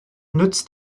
nützt